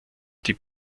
die